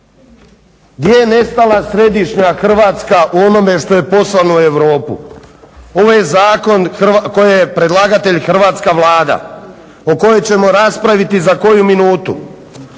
Gdje je nestala središnja Hrvatska u onome što je poslano u Europu? Ovo je zakon kojeg je predlagatelj hrvatska Vlada o kojoj ćemo raspraviti za koju minutu.